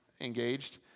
engaged